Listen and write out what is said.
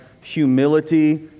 humility